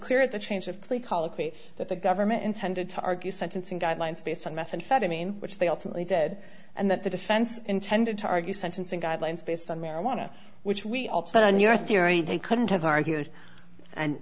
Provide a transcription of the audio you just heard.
clear at the change of plea colloquy that the government intended to argue sentencing guidelines based on methamphetamine which they ultimately did and that the defense intended to argue sentencing guidelines based on marijuana which we all sat on your theory they couldn't have argued and